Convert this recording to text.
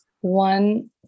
one